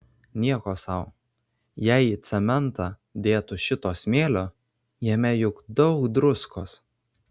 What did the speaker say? nieko sau jei į cementą dėtų šito smėlio jame juk daug druskos